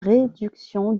réduction